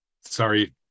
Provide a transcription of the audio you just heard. Sorry